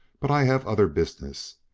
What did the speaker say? but i have other business.